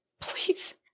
Please